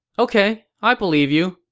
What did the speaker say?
ok, i believe you.